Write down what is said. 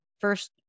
first